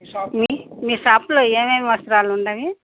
మీ షాప్లో ఏమేమి వస్త్రాలు ఉన్నాయి